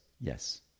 yes